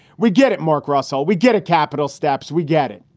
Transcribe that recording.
we get it. mark russell. we get a capital steps. we get it.